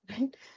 right